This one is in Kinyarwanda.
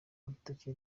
urutoki